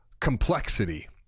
complexity